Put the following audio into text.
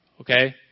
Okay